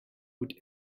would